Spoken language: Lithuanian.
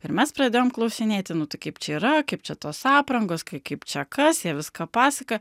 ir mes pradėjom klausinėti nu tai kaip čia yra kaip čia tos aprangos kai kaip čia kas jie viską pasakojo